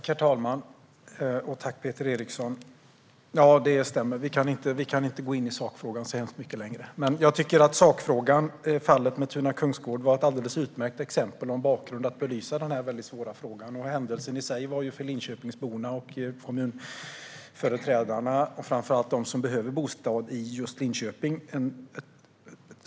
Herr talman! Jag tackar Peter Eriksson för detta. Det stämmer att vi inte kan gå in i sakfrågan så mycket mer. Men jag tycker att sakfrågan - fallet med Tuna kungsgård - var ett alldeles utmärkt exempel och en bra bakgrund för att belysa denna mycket svåra fråga. Händelsen i sig var säkert att stort trauma för Linköpingsborna och kommunföreträdarna, framför allt för dem som behöver bostad i just Linköping.